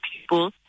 people